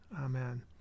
Amen